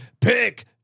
Pick